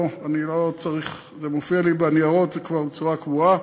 זה מופיע לי בניירות כבר בצורה קבועה.